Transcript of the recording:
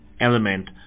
element